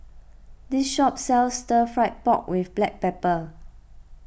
this shop sells Stir Fried Pork with Black Pepper